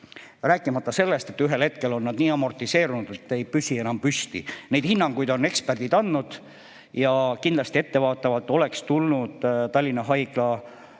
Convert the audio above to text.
Rääkimata sellest, et ühel hetkel on nad nii amortiseerunud, et ei püsi enam püsti. Neid hinnanguid on eksperdid andnud. Kindlasti ettevaatavalt oleks tulnud Tallinna Haigla projekti